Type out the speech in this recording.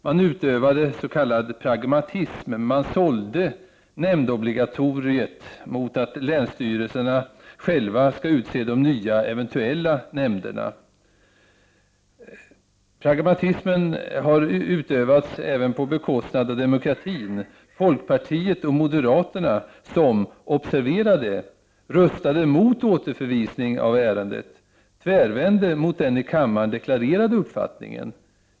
Man utövade s.k. pragmatism — man sålde nämndobligatoriet mot att länsstyrelserna själva skall utse de nya, eventuella nämnderna. Pragmatismen har utövats på bekostnad av demokratin. Folkpartiet och moderaterna, som — observera det! — röstade mot återförvisning av ärendet, tvärvände mot den i kammaren deklarerade uppfattningen.